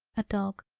a dog.